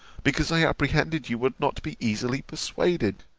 because i apprehended you would not be easily persuaded,